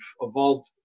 evolved